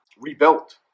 rebuilt